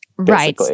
Right